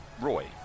Roy